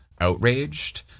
outraged